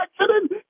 accident